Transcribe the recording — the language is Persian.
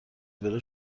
بره